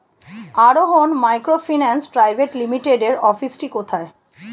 আরোহন microfinance private লিমিটেডের অফিসটি কোথায়?